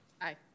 Aye